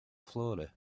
flora